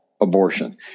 abortion